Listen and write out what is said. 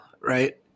right